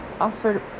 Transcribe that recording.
offered